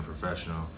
professional